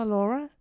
Laura